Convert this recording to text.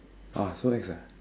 !wah! so ex ah